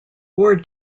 war